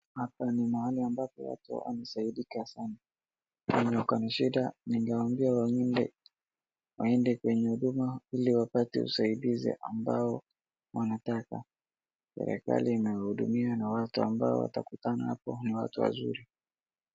Hapa ni mahali ambapo watu wanasaidika sana wenye wako na shida ningewaambia waende kwenye huduma ili wapate usaidizi ambao wanataka. Serekali inawahudumia na watu ambao watakutano hapo ni watu wazuri.